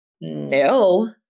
no